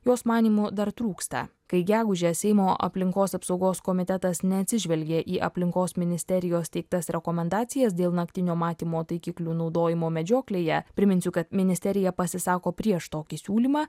jos manymu dar trūksta kai gegužę seimo aplinkos apsaugos komitetas neatsižvelgė į aplinkos ministerijos teiktas rekomendacijas dėl naktinio matymo taikiklių naudojimo medžioklėje priminsiu kad ministerija pasisako prieš tokį siūlymą